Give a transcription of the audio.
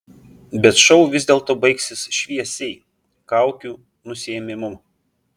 bet šou vis dėlto baigsis šviesiai kaukių nusiėmimu